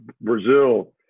Brazil